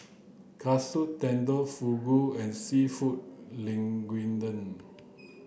Katsu Tendon Fugu and Seafood Linguine